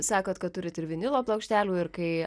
sakot kad turit ir vinilo plokštelių ir kai